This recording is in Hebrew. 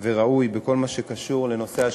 וראוי בכל מה שקשור לשקופים.